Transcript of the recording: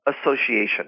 association